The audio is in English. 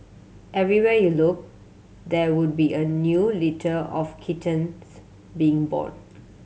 everywhere you look there would be a new litter of kittens being born